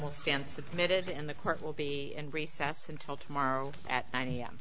will stand submitted in the court will be and recess until tomorrow at nine